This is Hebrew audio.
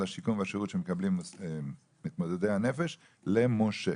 השיקום והשירות שמקבלים מתמודדי הנפש למש"ה.